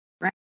Right